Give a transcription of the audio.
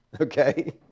Okay